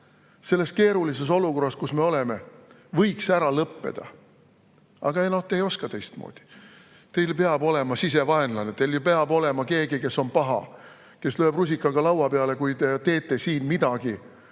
selles keerulises olukorras, kus me oleme, võiks ära lõppeda. Aga te ei oska teistmoodi. Teil peab olema sisevaenlane. Teil peab olema keegi, kes on paha, kes lööb rusikaga laua peale, kui te teete siin midagi,